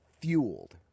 fueled